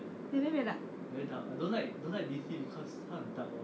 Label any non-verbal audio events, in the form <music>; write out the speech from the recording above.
<noise>